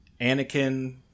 Anakin